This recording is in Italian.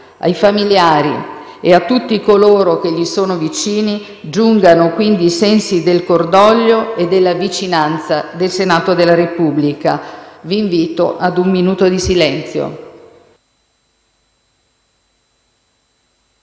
Ai familiari e a tutti coloro che gli sono vicini giungano quindi i sensi del cordoglio e della vicinanza del Senato della Repubblica. Vi invito ad osservare un minuto di silenzio.